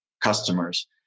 customers